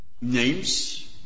names